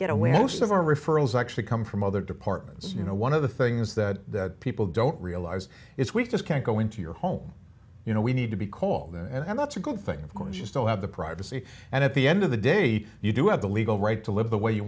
get away most of our referrals actually come from other departments you know one of the things that people don't realize is we just can't go into your home you know we need to be called and that's a good thing of course you still have the privacy and at the end of the day you do have the legal right to live the way you